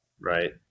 right